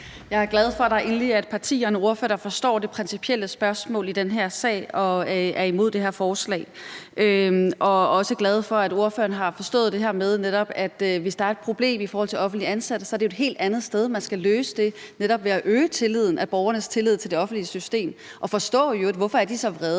der endelig er et parti og en ordfører, der forstår det principielle spørgsmål i den her sag og er imod det her forslag. Jeg er også glad for, at ordføreren netop har forstået det her med, at hvis der er et problem i forhold til offentligt ansatte, er det et helt andet sted, man skal løse det, netop ved at øge borgernes tillid til det offentlige system og i øvrigt forstå, hvorfor de er så vrede